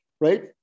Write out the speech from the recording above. right